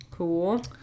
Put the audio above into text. cool